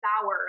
sour